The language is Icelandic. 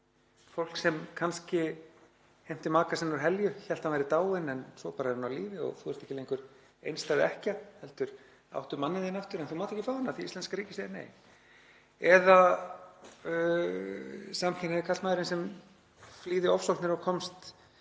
fólk sem kannski heimtir maka sinn úr helju, hélt að hann væri dáinn en svo bara er hann á lífi og þú ert ekki lengur einstæð ekkja heldur áttu manninn þinn aftur en þú mátt ekki fá hann af því að íslenska ríkið segir nei. Eða samkynhneigði karlmaðurinn sem flýði ofsóknir og komst